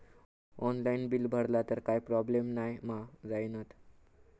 Online bill भरला तर काय प्रोब्लेम नाय मा जाईनत?